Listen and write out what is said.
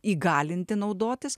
įgalinti naudotis